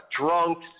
drunks